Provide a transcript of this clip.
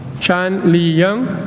chan li yang